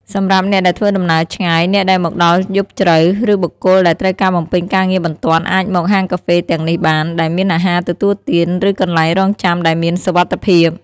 សម្រាប់អ្នកដែលធ្វើដំណើរឆ្ងាយ អ្នកដែលមកដល់យប់ជ្រៅ ឬបុគ្គលដែលត្រូវការបំពេញការងារបន្ទាន់អាចមក ហាងកាហ្វេទាំងនេះបាន ដែលមានអាហារទទួលទាន ឬកន្លែងរង់ចាំដែលមានសុវត្ថិភាព។